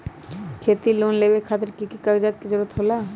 खेती लोन लेबे खातिर की की कागजात के जरूरत होला?